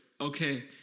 okay